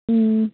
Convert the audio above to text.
ꯎꯝ